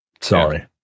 Sorry